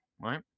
Right